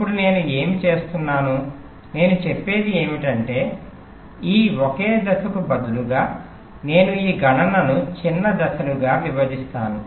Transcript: ఇప్పుడు నేను ఏమి చేస్తున్నాను నేను చెప్పేది ఏమిటంటే ఈ ఒకే దశకు బదులుగా నేను ఈ గణనను చిన్న దశలుగా విభజిస్తాను